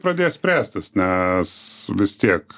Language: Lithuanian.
pradės spręsti nes vis tiek